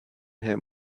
him